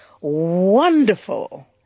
wonderful